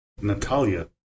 Natalia